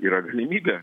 yra galimybė